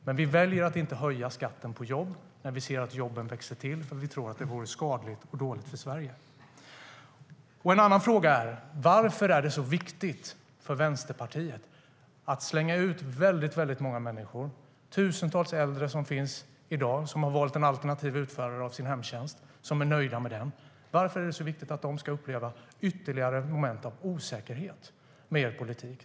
Men vi väljer att inte höja skatten på jobb när vi ser att jobben växer till, för vi tror att det vore skadligt och dåligt för Sverige.En annan fråga är: Varför är det så viktigt för Vänsterpartiet att slänga ut väldigt många människor, tusentals äldre som i dag har valt en alternativ utförare av sin hemtjänst och är nöjda med den? Varför är det så viktigt att de ska uppleva ytterligare moment av osäkerhet med er politik?